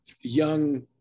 young